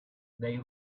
they